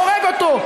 הורג אותו,